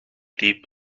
deep